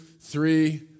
three